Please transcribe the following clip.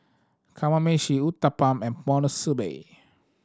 Kamameshi Uthapam and Monsunabe